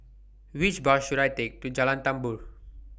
Which Bus should I Take to Jalan Tambur